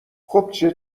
خوبچه